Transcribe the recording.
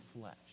flesh